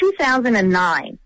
2009